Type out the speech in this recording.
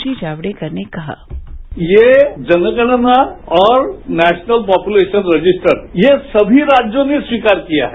श्री जावडेकर ने कहा ये जनगणना और नेशनल पोपुलेशन रजिस्टर ये समी राज्यों ने स्वीकार किया है